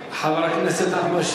שכמוך.